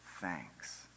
thanks